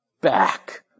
back